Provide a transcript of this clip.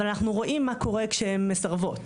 אבל אנחנו רואים מה קורה כשהן מסרבות,